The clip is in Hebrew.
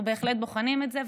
אנחנו בהחלט בוחנים את זה,